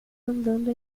andando